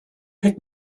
pick